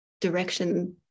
direction